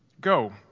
go